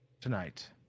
tonight